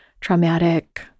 traumatic